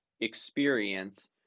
experience